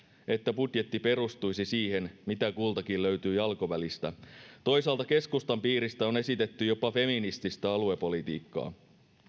että budjetti perustuisi siihen mitä kultakin löytyy jalkovälistä toisaalta keskustan piiristä on esitetty jopa feminististä aluepolitiikkaa